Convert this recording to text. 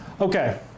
Okay